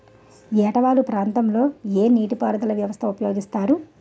ఏట వాలు ప్రాంతం లొ ఏ నీటిపారుదల వ్యవస్థ ని ఉపయోగిస్తారు?